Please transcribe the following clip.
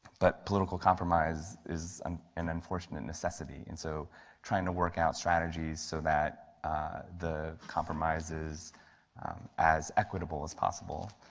but political compromise is um an unfortunate necessity. and so trying to work out strategies, so that the compromise is as equitable as possible,